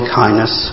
kindness